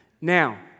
Now